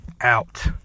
out